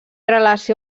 relació